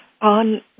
on